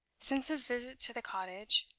since his visit to the cottage,